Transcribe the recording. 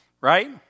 right